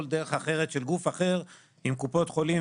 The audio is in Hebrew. דרך אחרת של גוף אחר עם קופות חולים,